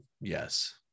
yes